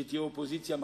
שתהיה אופוזיציה מחר: